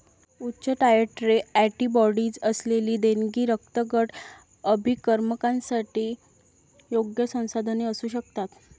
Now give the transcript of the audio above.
उच्च titre antibodies असलेली देणगी रक्तगट अभिकर्मकांसाठी योग्य संसाधने असू शकतात